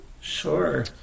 Sure